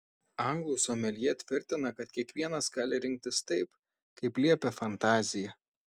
anglų someljė tvirtina kad kiekvienas gali rinktis taip kaip liepia fantazija